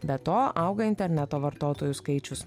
be to auga interneto vartotojų skaičius